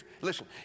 Listen